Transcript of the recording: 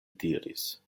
diris